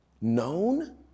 known